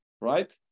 right